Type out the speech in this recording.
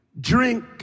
drink